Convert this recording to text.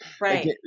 right